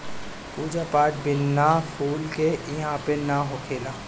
पूजा पाठ बिना फूल के इहां पे ना होखेला